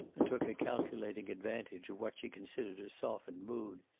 and took a calculating advantage of what she considered a softened mood.